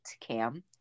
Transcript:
Cam